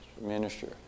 minister